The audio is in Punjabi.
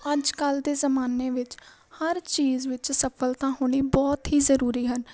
ਅੱਜ ਕੱਲ੍ਹ ਦੇ ਜ਼ਮਾਨੇ ਵਿੱਚ ਹਰ ਚੀਜ਼ ਵਿੱਚ ਸਫਲਤਾ ਹੋਣੀ ਬਹੁਤ ਹੀ ਜ਼ਰੂਰੀ ਹਨ